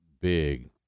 big